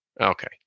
okay